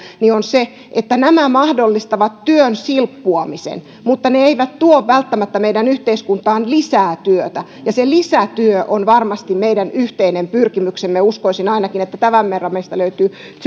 säätelystä on se että nämä mahdollistavat työn silppuamisen mutta ne eivät tuo välttämättä meidän yhteiskuntaamme lisää työtä ja se lisätyö on varmasti meidän yhteinen pyrkimyksemme uskoisin ainakin että tämän verran meistä löytyy